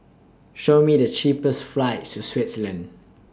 Show Me The cheapest flights to Switzerland